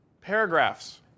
paragraphs